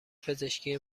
پزشکی